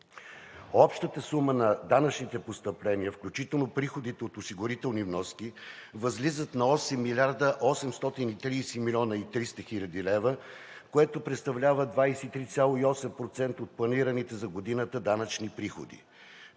Общата сума на данъчните постъпления, включително приходите от осигурителни вноски, възлизат на 8 млрд. 830 млн. 300 хил. лв., което представлява 23,8% от планираните за годината данъчни приходи.